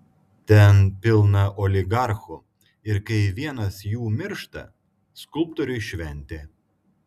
ten pilna oligarchų ir kai vienas jų miršta skulptoriui šventė